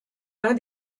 l’un